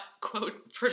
quote